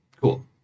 cool